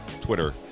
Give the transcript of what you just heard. twitter